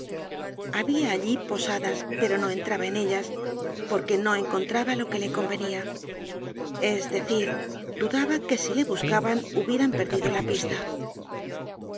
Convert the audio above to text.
habia allí posadas pero no entraba en ehas porque no encontraba lo que le convenia es decir dudaba que si le buscaban hubieran perdido la pista